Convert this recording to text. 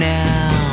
now